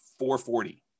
440